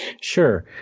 Sure